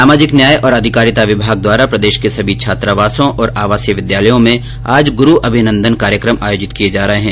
सामाजिक न्याय और अधिकारिता विभाग द्वारा प्रदेश के सभी छात्रावासों और आवासीय विद्यालयों में आज गुरू अभिनन्दन कार्यक्रम आयोजित किये जा रहे है